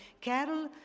Carol